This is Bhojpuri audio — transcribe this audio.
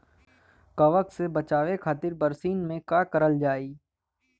कवक से बचावे खातिन बरसीन मे का करल जाई?